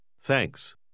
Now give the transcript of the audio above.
Thanks